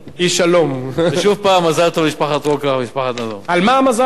שוב פעם מזל טוב